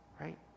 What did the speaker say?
Right